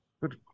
Good